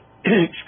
Excuse